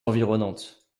environnantes